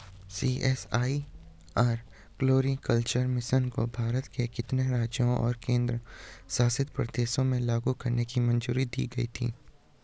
CSIR floriculture mission को भारत के कितने राज्यों और केंद्र शासित प्रदेशों में लागू करने की मंजूरी दी गई थी?